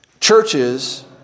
Churches